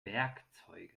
werkzeuge